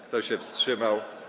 Kto się wstrzymał?